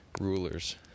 rulers